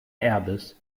erbes